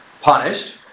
punished